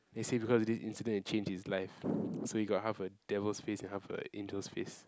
then say because of this incident it changed his life so he got half a devil's face and half a angel's face